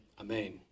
Amen